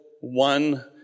one